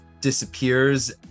disappears